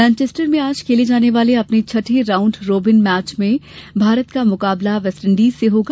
Manchester में आज खेले जाने वाले अपने छठे राउंड रोबिन मैच में भारत का मुकाबला वेस्टइंडीज से होगा